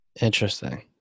Interesting